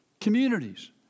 communities